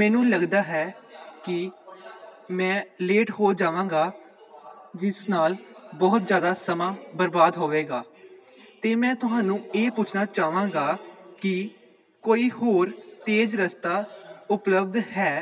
ਮੈਨੂੰ ਲੱਗਦਾ ਹੈ ਕਿ ਮੈਂ ਲੇਟ ਹੋ ਜਾਵਾਂਗਾ ਜਿਸ ਨਾਲ ਬਹੁਤ ਜ਼ਿਆਦਾ ਸਮਾਂ ਬਰਬਾਦ ਹੋਵੇਗਾ ਅਤੇ ਮੈਂ ਤੁਹਾਨੂੰ ਇਹ ਪੁੱਛਣਾ ਚਾਹਾਂਗਾ ਕਿ ਕੋਈ ਹੋਰ ਤੇਜ਼ ਰਸਤਾ ਉਪਲਬਧ ਹੈ